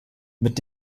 mit